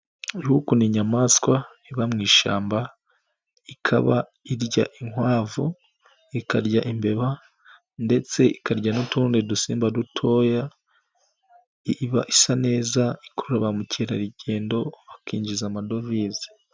Ruku ni inyamaswa iba mu ishyamba, ikaba irya inkwavu, ikarya imbeba, ndetse ikarya n'utundi dusimba dutoya iba isa neza ikurura ba mukerarugendo bakinjiza amadovize